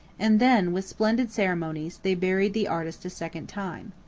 and then, with splendid ceremonies, they buried the artist a second time.